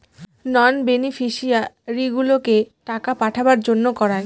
নন বেনিফিশিয়ারিগুলোকে টাকা পাঠাবার জন্য করায়